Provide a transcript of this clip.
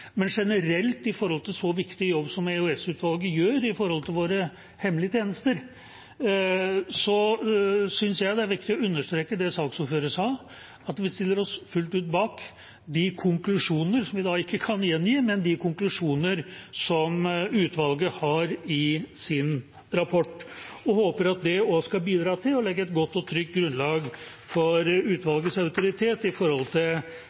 Men generelt, med tanke på en så viktig jobb som EOS-utvalget gjør overfor våre hemmelige tjenester, synes jeg det er viktig å understreke det saksordføreren sa, at vi stiller oss fullt ut bak de konklusjonene som utvalget har i sin rapport, men som jeg ikke kan gjengi, og håper at det også skal bidra til å legge et godt og trygt grunnlag for utvalgets autoritet i